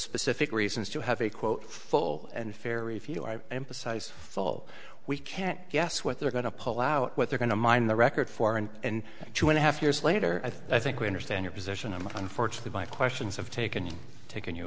specific reasons to have a quote full and fair if you are emphasized full we can't guess what they're going to pull out what they're going to mine the record for and and two and a half years later i think we understand your position and unfortunately my questions have taken taken you